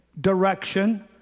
direction